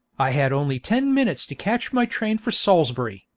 i had only ten minutes to catch my train for salisbury,